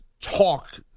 talk